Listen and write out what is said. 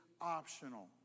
optional